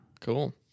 Cool